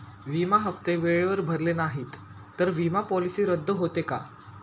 विमा हप्ते वेळेवर भरले नाहीत, तर विमा पॉलिसी रद्द होते का?